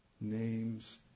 name's